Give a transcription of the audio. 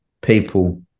people